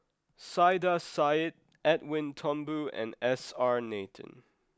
Saiedah Said Edwin Thumboo and S R Nathan